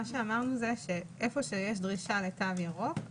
אמרנו שהיכן שיש דרישה לתו ירוק,